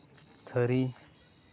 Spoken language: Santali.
ᱛᱷᱟᱹᱨᱤ